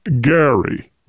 Gary